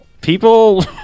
people